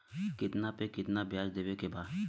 कितना पे कितना व्याज देवे के बा?